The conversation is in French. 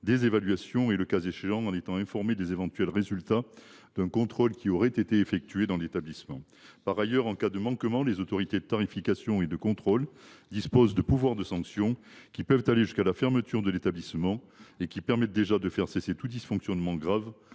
des évaluations et, le cas échéant, en étant informées des éventuels résultats d’un contrôle qui aurait été effectué dans l’établissement. Par ailleurs, en cas de manquement, les autorités de tarification et de contrôle disposent de pouvoirs de sanction pouvant aller jusqu’à la fermeture de l’établissement et permettant déjà de faire cesser tout dysfonctionnement grave,